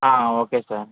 okay sir